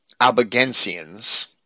Albigensians